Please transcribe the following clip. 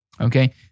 okay